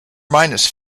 minus